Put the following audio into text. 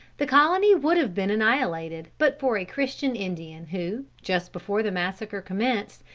the colony would have been annihilated, but for a christian indian who, just before the massacre commenced,